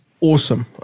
awesome